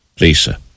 Lisa